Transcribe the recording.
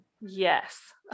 Yes